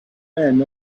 men